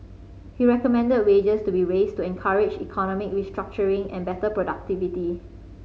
he recommended wages be raised to encourage economic restructuring and better productivity